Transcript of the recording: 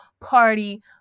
party